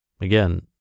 Again